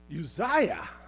Uzziah